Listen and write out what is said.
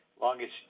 Longest